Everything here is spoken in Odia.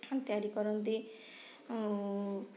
ତିଆରି କରନ୍ତି ଆଉ